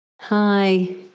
Hi